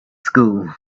school